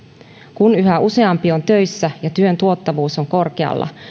kun yhä useampi on töissä ja työn tuottavuus on korkealla